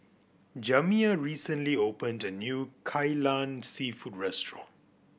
Jamiya recently opened a new Kai Lan Seafood restaurant